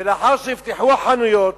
ולאחר שנפתחו החנויות,